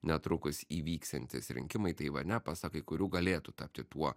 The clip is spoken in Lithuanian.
netrukus įvyksiantys rinkimai taivane pasak kai kurių galėtų tapti tuo